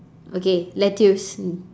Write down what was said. okay lettuce